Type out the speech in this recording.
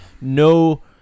no